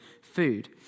food